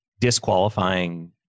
disqualifying